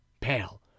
pale